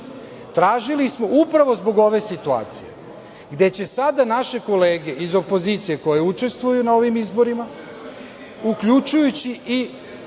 Tražili smo upravo zbog ove situacije gde će sada naše kolege iz opozicije koje učestvuju na ovim izborima, uključujući i